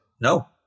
no